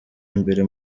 imbere